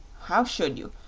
how should you?